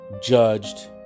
judged